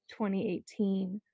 2018